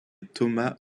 thomas